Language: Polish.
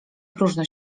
próżno